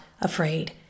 afraid